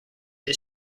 his